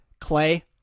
Clay